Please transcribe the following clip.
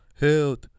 Health